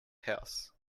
house